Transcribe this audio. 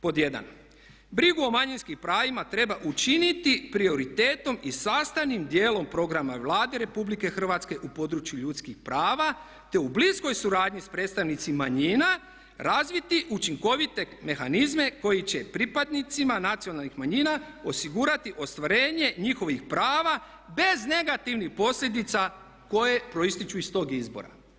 Pod jedan, brigu o manjinskim pravima treba učiniti prioritetom i sastavnim dijelom programa Vlade Republike Hrvatske u području ljudskih prava, te u bliskoj suradnji s predstavnicima manjina razviti učinkovite mehanizme koji će pripadnicima nacionalnih manjina osigurati ostvarenje njihovih prava bez negativnih posljedica koje proistječu iz tog izbora.